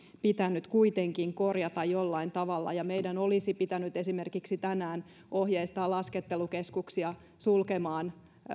pitänyt kuitenkin korjata jollain tavalla ja meidän olisi pitänyt esimerkiksi tänään ohjeistaa laskettelukeskuksia sulkemaan